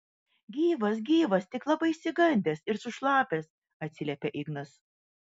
gyvas gyvas tik labai išsigandęs ir sušlapęs atsiliepia ignas